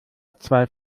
zwei